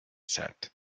said